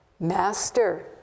Master